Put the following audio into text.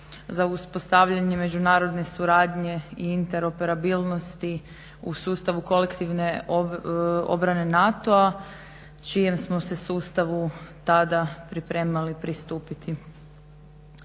za uspostavljanje međunarodne suradnje i interoperabilnosti u sustavu kolektivne obrane NATO-a čijem smo se sustavu tada pripremali pristupiti.